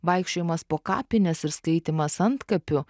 vaikščiojimas po kapines ir skaitymas antkapių